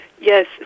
Yes